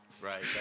Right